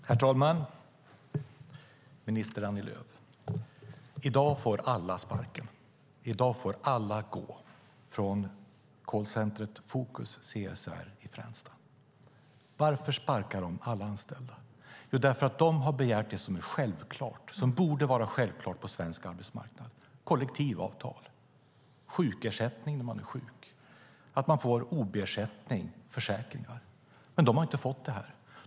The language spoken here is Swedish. Herr talman! Minister Annie Lööf! I dag får alla sparken. I dag får alla gå från callcentret Focus CRS i Fränsta. Varför sparkar de alla anställda? Jo, de har begärt det som är självklart, som borde vara självklart på svensk arbetsmarknad: kollektivavtal, sjukersättning när man är sjuk, ob-ersättning och försäkringar. Men de har inte fått det.